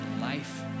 life